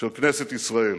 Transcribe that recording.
של כנסת ישראל,